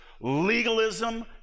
legalism